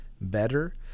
better